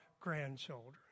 grandchildren